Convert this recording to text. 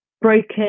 broken